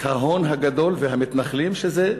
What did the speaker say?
את ההון הגדול והמתנחלים, שזה